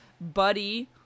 Buddy